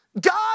God